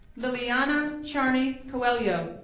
liliana charney coelho,